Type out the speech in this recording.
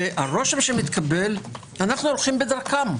הרושם שמתקבל - אנחנו הולכים בדרכם,